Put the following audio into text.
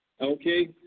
Okay